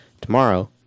tomorrow